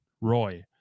Roy